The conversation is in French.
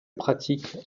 pratique